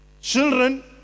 Children